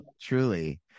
truly